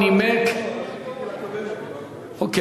הוא נימק, לא, אני חיכיתי לקודמת.